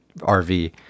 rv